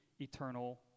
eternal